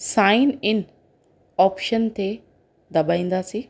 sign in option ते दॿाईंदासीं